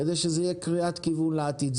כדי שזאת תהיה קריאת כיוון לעתיד.